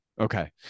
Okay